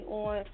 on